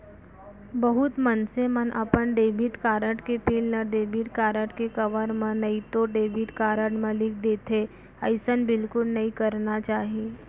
बहुत मनसे मन अपन डेबिट कारड के पिन ल डेबिट कारड के कवर म नइतो डेबिट कारड म लिख देथे, अइसन बिल्कुल नइ करना चाही